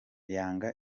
yanga